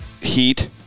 heat